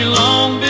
long